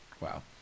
Wow